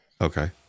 Okay